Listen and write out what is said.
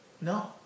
No